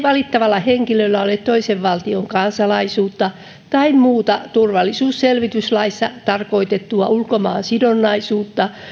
valittavalla henkilöllä ole toisen valtion kansalaisuutta tai muuta turvallisuusselvityslaissa tarkoitettua ulkomaansidonnaisuutta